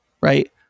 right